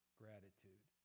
gratitude